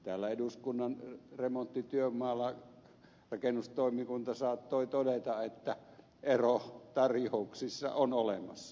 täällä eduskunnan remonttityömaalla rakennustoimikunta saattoi todeta että ero tarjouksissa on olemassa